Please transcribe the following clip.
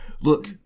Look